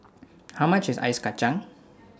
How much IS Ice Kacang